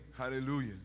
hallelujah